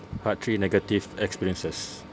part three negative experiences